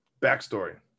backstory